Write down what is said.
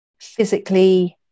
physically